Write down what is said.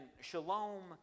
shalom